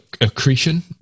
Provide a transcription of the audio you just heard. accretion